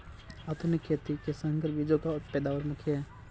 आधुनिक खेती में संकर बीजों की पैदावार मुख्य हैं